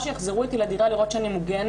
שיחזרו איתה לדירה כדי לראות שהיא מוגנת.